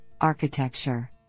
architecture